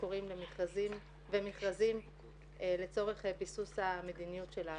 קוראים ומכרזים לצורך ביסוס המדיניות שלה.